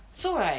so right